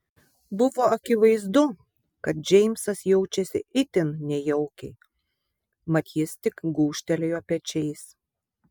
buvo akivaizdu kad džeimsas jaučiasi itin nejaukiai mat jis tik gūžtelėjo pečiais